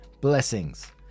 Blessings